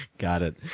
got it.